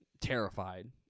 terrified